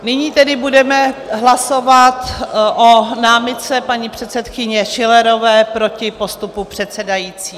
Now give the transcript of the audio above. Nyní tedy budeme hlasovat o námitce paní předsedkyně Schillerové proti postupu předsedající.